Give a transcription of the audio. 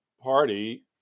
party